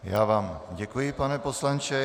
Já vám děkuji, pane poslanče.